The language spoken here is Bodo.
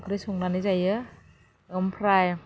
ओंख्रि संनानै जायो आमफ्राय